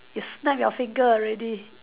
you snap your finger already